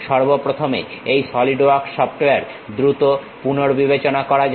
সর্ব প্রথমে এই সলিড ওয়ার্কস সফটওয়্যার দ্রুত পুনর্বিবেচনা করা যাক